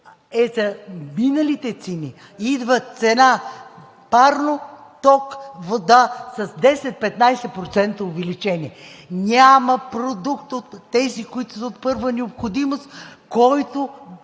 е за миналите цени. Идват цена парно, ток, вода с 10 – 15% увеличение. Няма продукт от тези, които са от първа необходимост, който…